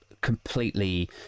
completely